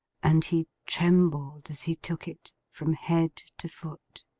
and he trembled as he took it, from head to foot.